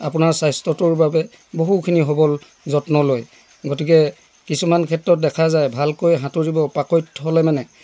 আপোনাৰ স্বাস্থ্যটোৰ বাবে বহুখিনি সবল যত্ন লয় গতিকে কিছুমান ক্ষেত্ৰত দেখা যায় ভালকৈ সাঁতোৰিব পাকৈত হ'লে মানে